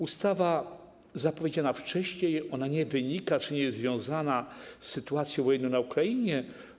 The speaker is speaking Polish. Ustawa była zapowiedziana wcześniej, ona nie wynika czy nie jest związana z sytuacją wojenną na Ukrainie.